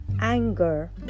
anger